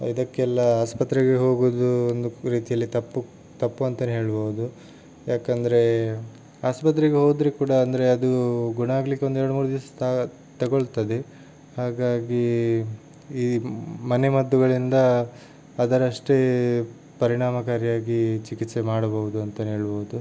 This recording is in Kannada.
ಇದಕ್ಕೆಲ್ಲ ಆಸ್ಪತ್ರೆಗೆ ಹೋಗುವುದು ಒಂದು ರೀತಿಯಲ್ಲಿ ತಪ್ಪು ತಪ್ಪು ಅಂತಾನೇ ಹೇಳ್ಬೋದು ಯಾಕೆಂದರೆ ಆಸ್ಪತ್ರೆಗೆ ಹೋದರೆ ಕೂಡ ಅಂದರೆ ಅದು ಗುಣ ಆಗಲಿಕ್ಕೆ ಒಂದೆರಡ್ಮೂರು ದಿವಸ ತಾ ತಗೊಳ್ತದೆ ಹಾಗಾಗಿ ಈ ಮನೆ ಮದ್ದುಗಳಿಂದ ಅದರಷ್ಟೇ ಪರಿಣಾಮಕಾರಿಯಾಗಿ ಚಿಕಿತ್ಸೆ ಮಾಡಬಹುದು ಅಂತ ಹೇಳ್ಬೋದು